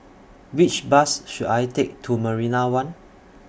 Which Bus should I Take to Marina one